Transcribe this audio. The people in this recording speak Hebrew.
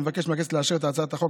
ואני מבקש מהכנסת לאשר את הצעת החוק